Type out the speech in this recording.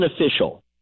official –